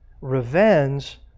Revenge